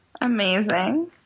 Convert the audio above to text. Amazing